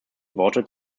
worte